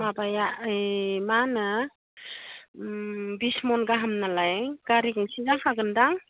माबाया ओइ मा होनो बिस मन गाहाम नालाय गारि गंसे जाखागोन्दां